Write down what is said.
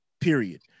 period